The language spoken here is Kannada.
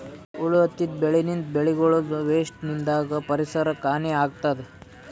ಹುಳ ಹತ್ತಿದ್ ಬೆಳಿನಿಂತ್, ಬೆಳಿಗಳದೂ ವೇಸ್ಟ್ ನಿಂದಾಗ್ ಪರಿಸರಕ್ಕ್ ಹಾನಿ ಆಗ್ತದ್